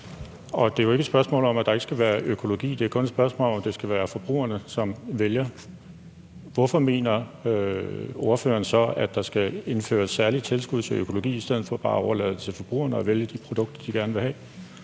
det er ikke et spørgsmål om, at der ikke skal være økologi. Det er kun et spørgsmål om, at det skal være forbrugerne, der vælger. Hvorfor mener ordføreren så, at der skal indføres særlige tilskud til økologi i stedet for bare at overlade det til forbrugerne at vælge de produkter, de gerne vil have?